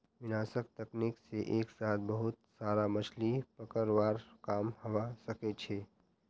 विनाशक तकनीक से एक साथ बहुत सारा मछलि पकड़वार काम हवा सके छे